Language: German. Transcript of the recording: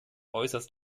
äußerst